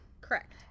Correct